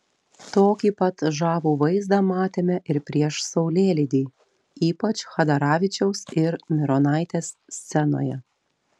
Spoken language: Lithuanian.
tokį pat žavų vaizdą matėme ir prieš saulėlydį ypač chadaravičiaus ir mironaitės scenoje